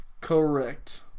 Correct